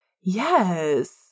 Yes